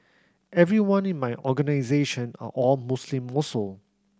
everyone in my organisation are all Muslim also